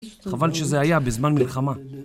חבל שזה היה בזמן מלחמה